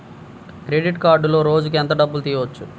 Credit కార్డులో రోజుకు ఎంత డబ్బులు తీయవచ్చు?